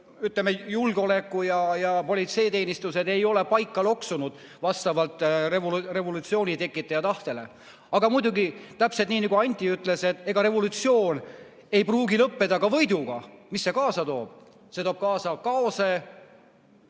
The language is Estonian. ütleme, julgeoleku‑ ja politseiteenistused ei ole paika loksunud vastavalt revolutsiooni tekitaja tahtele. Aga muidugi, täpselt nii, nagu Anti ütles, et ega revolutsioon ei pruugi lõppeda võiduga. Mis see kaasa toob? See toob kaasa kaose,